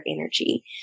energy